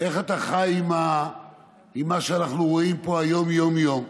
איך אתה חי מה עם מה שאנחנו רואים פה היום יום-יום,